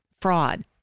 fraud